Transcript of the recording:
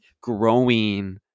growing